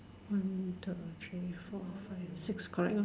one two three four five six correct lor